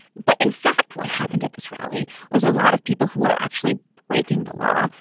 but in fact, what happened at this rally was a lot of people who are actually breaking the law,